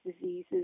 diseases